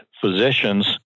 physicians